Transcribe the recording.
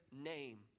name